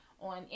on